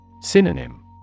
Synonym